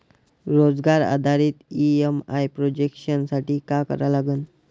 रोजगार आधारित EMI projection साठी का करा लागन?